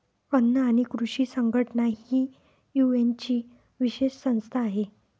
अन्न आणि कृषी संघटना ही युएनची विशेष संस्था आहे